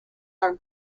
are